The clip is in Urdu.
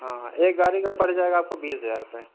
ہاں ایک گاڑی کا پڑ جائے گا آپ کو بیس ہزار روپے